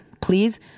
please